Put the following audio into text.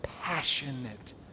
passionate